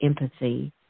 empathy